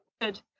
good